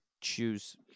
choose